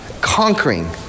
conquering